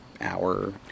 hour